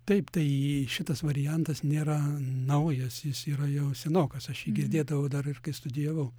taip tai šitas variantas nėra naujas jis yra jau senokas aš jį girdėdavau dar ir kai studijavau